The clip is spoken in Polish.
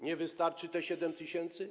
Nie wystarczy te 7 tys.